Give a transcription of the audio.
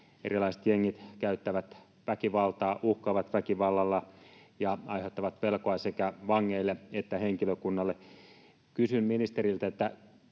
Erilaiset jengit käyttävät väkivaltaa, uhkaavat väkivallalla ja aiheuttavat pelkoa sekä vangeille että henkilökunnalle. Kysyn ministeriltä: Miten